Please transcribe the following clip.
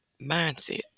mindset